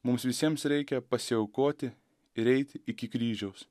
mums visiems reikia pasiaukoti ir eiti iki kryžiaus